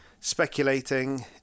speculating